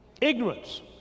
Ignorance